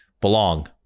belong